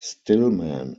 stillman